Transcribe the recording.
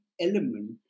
element